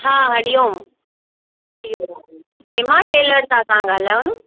हा हरी ओमु हेमा टेलर तां था ॻाल्हायो न